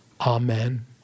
Amen